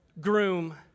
groom